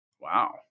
Wow